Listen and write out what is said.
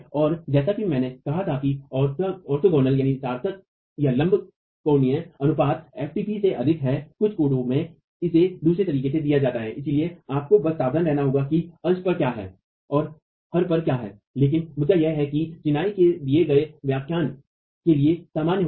और जैसा कि मैंने कहा कि ऑर्थोगोनल सामर्थ्यलंब कोणीय अनुपात ftp से अधिक है कुछ कोडों में इसे दूसरे तरीके से दिया जाता है इसलिए आपको बस सावधान रहना होगा कि अंश पर क्या है और हर पर क्या है लेकिन मुद्दा यह है कि चिनाई के दिए गए व्याख्यान के लिए समान होगा